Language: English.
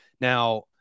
Now